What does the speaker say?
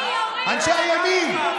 מיקי, יורים, אנשי הימין.